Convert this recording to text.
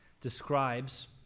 describes